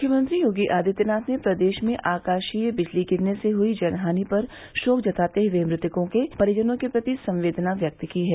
मुख्यमंत्री योगी आदित्यनाथ ने प्रदेश में आकाशीय बिजली गिरने से हुई जनहानि पर शोक जताते हुए मृतकों के परिजनों के प्रति संवेदना व्यक्त की है